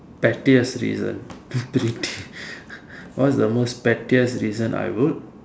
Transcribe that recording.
pettiest reason pretty what is the most pettiest reason I wrote